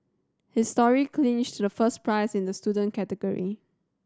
his story clinched the first prize in the student category